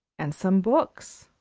and some books.